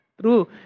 True